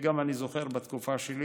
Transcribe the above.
אני זוכר גם בתקופה שלי,